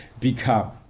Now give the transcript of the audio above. become